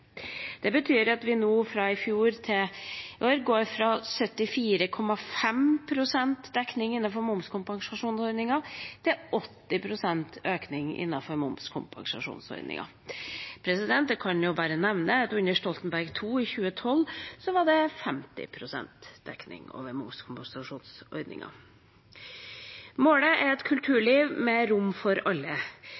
Det betyr at vi fra i fjor og til i år går fra 74,5 pst. dekning innenfor momskompensasjonsordningen til 80 pst. dekning innenfor momskompensasjonsordningen. Jeg kan jo bare nevne at under Stoltenberg II i 2012 var det 50 pst. dekning innenfor momskompensasjonsordningen. Målet er et